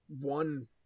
one